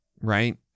right